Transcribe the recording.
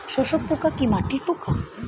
শোষক পোকা কি মাটির পোকা?